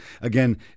again